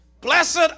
Blessed